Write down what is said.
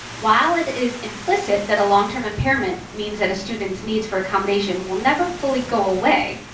while it is implicit that a long-term impairment means that a student's needs for accommodation will never fully go away.